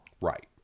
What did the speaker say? Right